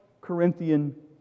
Corinthian